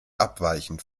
abweichend